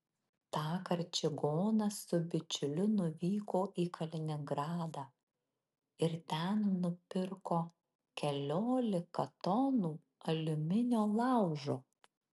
tąkart čigonas su bičiuliu nuvyko į kaliningradą ir ten nupirko keliolika tonų aliuminio laužo